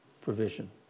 provision